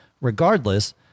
regardless